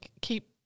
keep